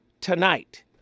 tonight